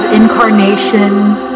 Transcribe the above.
incarnations